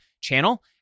channel